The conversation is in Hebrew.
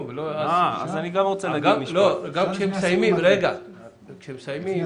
בבקשה, אדוני.